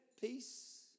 peace